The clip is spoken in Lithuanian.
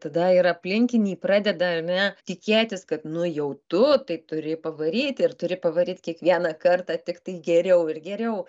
tada ir aplinkiniai pradeda ar ne tikėtis kad nu jau tu tai turi pavaryt ir turi pavaryt kiekvieną kartą tiktai geriau ir geriau